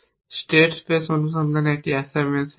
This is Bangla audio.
স্টেট স্পেস অনুসন্ধানে একটি অ্যাসাইনমেন্ট শেষ করুন